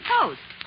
Post